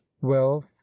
wealth